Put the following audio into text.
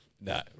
No